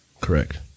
Correct